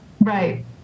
Right